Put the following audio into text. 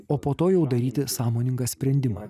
o po to jau daryti sąmoningą sprendimą